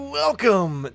welcome